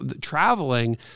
traveling